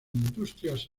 industrias